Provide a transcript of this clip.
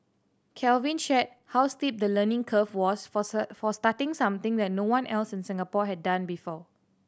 Calvin shared how steep the learning curve was force her for starting something that no one else in Singapore had done before